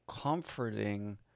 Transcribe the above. comforting